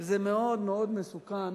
זה מאוד מאוד מסוכן,